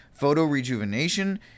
photorejuvenation